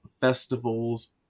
festivals